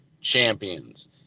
champions